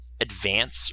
advance